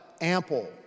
ample